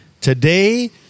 Today